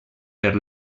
per